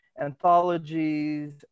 anthologies